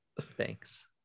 Thanks